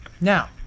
Now